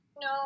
No